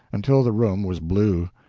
until the room was blue.